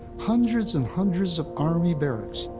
hundreds and hundreds of army barracks.